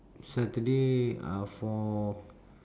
saturday uh for